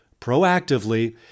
proactively